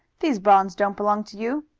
these bonds don't belong to you.